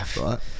right